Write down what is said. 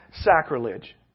sacrilege